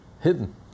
hidden